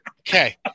Okay